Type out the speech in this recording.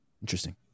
Interesting